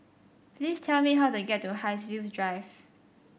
please tell me how to get to Haigsville Drive